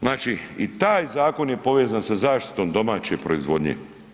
Znači i taj Zakon je povezan sa zaštitom domaće proizvodnje.